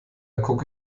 gucke